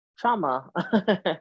Trauma